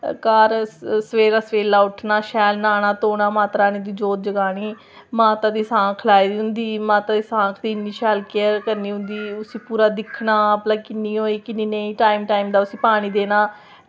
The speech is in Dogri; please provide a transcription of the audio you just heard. घर सबेरै सबेल्ला उट्ठना शैल न्हौना ते माता रानी दी जोत जगानी माता दी सांख लाई दी होंदी माता दी सांख दी इन्नी शैल केयर करनी होंदी उसी पूरा दिक्खना कि भला किन्नी होई किन्नी नेईं ते टाईम टाईम दा उसी पानी देना